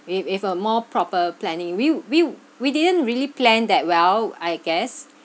with with a more proper planning we we we didn't really plan that well I guess